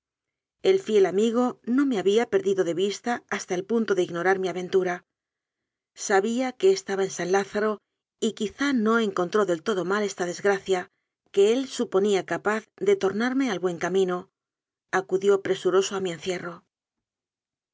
el fiel amigo no me había perdido de vista hasta el pun to de ignorar mi aventura sabía que estaba en san lázaro y quizá no encontró del todo mal esta desgracia que él suponía capaz de tornarme al buen camino acudió presuroso a mi encierro